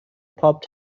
پاپ